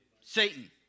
Satan